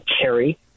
carry